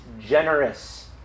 generous